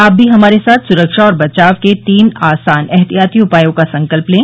आप भी हमारे साथ सुरक्षा और बचाव के तीन आसान एहतियाती उपायों का संकल्प लें